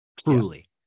truly